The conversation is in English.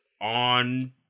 on